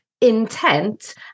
intent